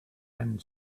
end